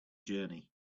journey